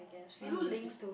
I want to do phil~